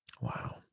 Wow